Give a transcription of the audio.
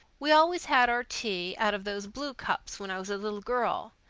we always had our tea out of those blue cups when i was a little girl,